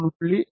4